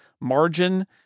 margin